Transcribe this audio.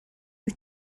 wyt